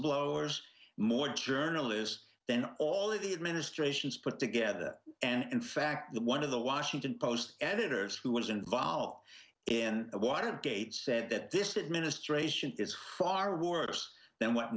whistleblowers more journalists then all of the administrations put together and in fact the one of the washington post editors who was involved in watergate said that this administration is far worse than what